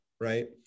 right